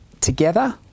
Together